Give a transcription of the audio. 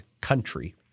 country